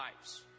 lives